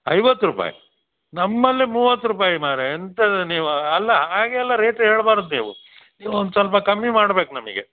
ಐವತ್ತು ರೂಪಾಯಿ ನಮ್ಮಲ್ಲಿ ಮೂವತ್ತು ರೂಪಯಿ ಮರ್ರೆ ಎಂಥದ್ದೂ ನೀವು ಅಲ್ಲ ಹಾಗೆಲ್ಲ ರೇಟ್ ಹೇಳಬಾರ್ದು ನೀವು ನೀವು ಒಂದು ಸ್ವಲ್ಪ ಕಮ್ಮಿ ಮಾಡ್ಬೇಕು ನಮಗೆ